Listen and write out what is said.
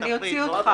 אני אוציא אותך.